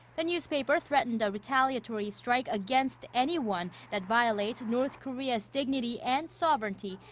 the newspaper threatened a retaliatory strike against anyone that violates north korea's dignity and sovereignty,